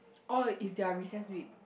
all is their recess week